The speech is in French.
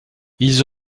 ils